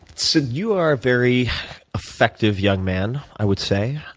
so you are a very effective young man, i would say.